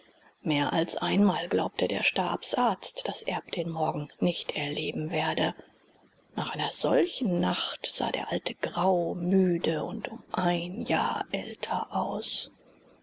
mehr als einmal glaubte der stabsarzt daß erb den morgen nicht erleben werde nach einer solchen nacht sah der alte grau müde und um ein jahr älter aus